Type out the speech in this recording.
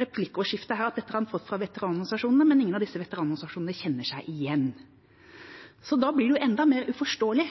replikkordskiftet her at dette har han fått fra veteranorganisasjonene, men ingen av disse veteranorganisasjonene kjenner seg igjen. Da blir det enda mer uforståelig